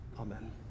Amen